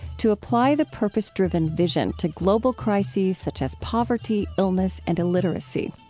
to apply the purpose-driven vision to global crises such as poverty, illness, and illiteracy.